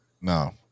No